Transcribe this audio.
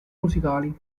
musicali